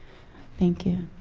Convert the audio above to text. thank you.